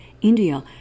India